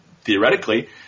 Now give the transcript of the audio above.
theoretically